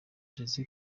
josee